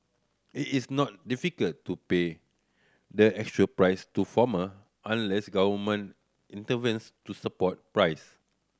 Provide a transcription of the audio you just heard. it is not difficult to pay the assured price to farmer unless government intervenes to support price